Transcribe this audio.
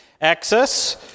access